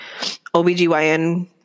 OBGYN